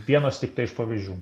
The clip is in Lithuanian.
vienas tiktai iš pavyzdžių